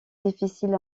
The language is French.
difficile